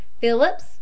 Phillips